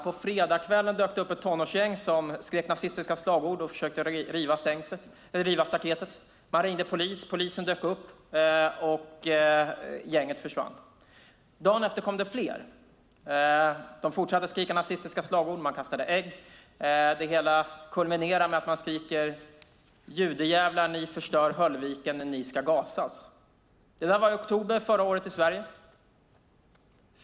På fredagskvällen dök det upp ett tonårsgäng som skrek nazistiska slagord och försökte riva staketet. Man ringde polis. Polisen dök upp och gänget försvann. Dagen efter kom det flera. De fortsatte att skrika nazistiska slagord. De kastade ägg. Det hela kulminerade i att de skrek: Judejävlar ni förstör Höllviken, ni ska gasas. Det där var i oktober förra året i Sverige.